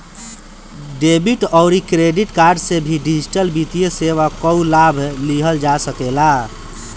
debit अउरी credit card से भी डिजिटल वित्तीय सेवा कअ लाभ लिहल जा सकेला